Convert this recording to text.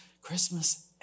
Christmas